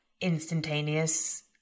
instantaneous